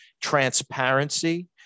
transparency